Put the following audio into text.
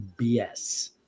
BS